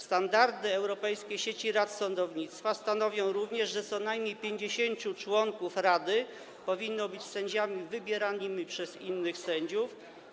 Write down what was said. Standardy Europejskiej Sieci Rad Sądownictwa stanowią również, że co najmniej 50 członków rady powinno być sędziami wybieranymi przez innych sędziów.